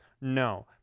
no